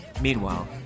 Meanwhile